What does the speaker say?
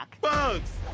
Bugs